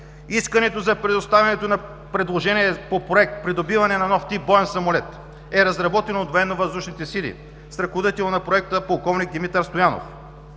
„Искането за предоставянето на предложение по Проект „Придобиване на нов тип боен самолет“ е разработено от Военновъздушните сили, с ръководител на Проекта полковник Димитър Стоянов